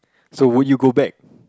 so would you go back